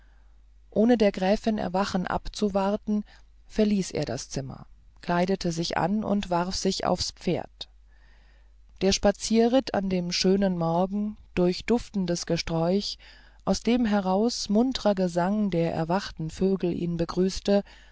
ohne der gräfin erwachen abzuwarten verließ er das zimmer kleidete sich an und warf sich aufs pferd der spazierritt an dem schönen morgen durch duftendes gesträuch aus dem heraus muntrer gesang der erwachten vögel ihn begrüßte